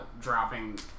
dropping